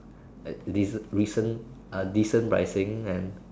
and de recent uh decent pricing and